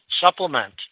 supplement